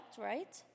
right